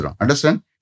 understand